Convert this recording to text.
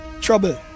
trouble